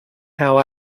how